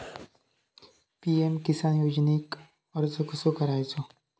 PM Kisan योजनेक अर्ज कसो करायचो?